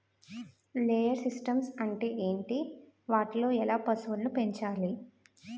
Layer systems అంటే ఏంటి? వాటిలో ఎలా పశువులను పెంచాలి?